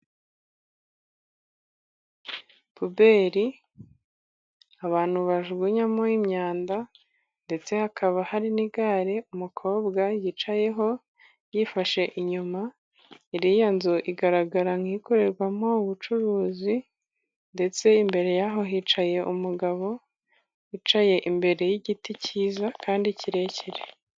Puberi abantu bajugunyamo imyanda, ndetse hakaba hari n'igare umukobwa yicayeho yifashe inyuma. Iriya nzu igaragara nk'ikorerwamo ubucuruzi, ndetse imbere yaho hicaye umugabo wicaye imbere y'igiti cyiza, kandi kirekire.